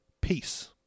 peace